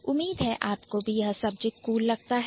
उम्मीद है आपको भी यह Subject cool लगता है विषय अच्छा लगता है